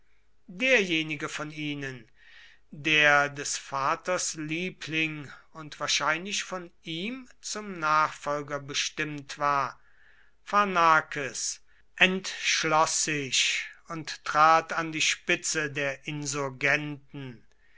derjenige von ihnen der des vaters liebling und wahrscheinlich von ihm zum nachfolger bestimmt war pharnakes entschloß sich und trat an die spitze des insurgenten